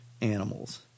animals